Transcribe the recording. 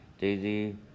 Daisy